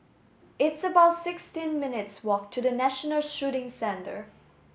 it's about sixteen minutes' walk to the National Shooting Centre